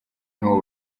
n’uwo